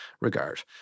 regard